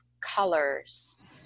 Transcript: colors